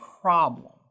problem